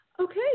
Okay